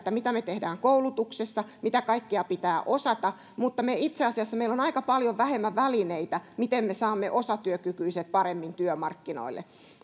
mitä me teemme koulutuksessa ja mitä kaikkea pitää osata mutta itse asiassa meillä on on aika paljon vähemmän välineitä siihen miten me saamme osatyökykyiset paremmin työmarkkinoille